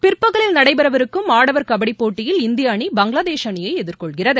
பிற்பகலில் நடைபெறவிருக்கும் ஆடவர் கபடி போட்டியில் இந்திய அணி பங்களாதேஷ் அணியை எதிர்கொள்கிறது